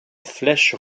flèche